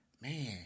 man